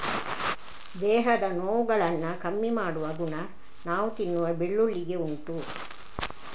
ದೇಹದ ನೋವುಗಳನ್ನ ಕಮ್ಮಿ ಮಾಡುವ ಗುಣ ನಾವು ತಿನ್ನುವ ಬೆಳ್ಳುಳ್ಳಿಗೆ ಉಂಟು